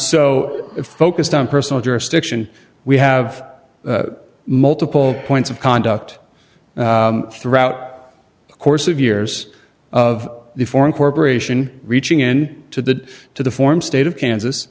if focused on personal jurisdiction we have multiple points of conduct throughout the course of years of the foreign corporation reaching in to the to the form state of kansas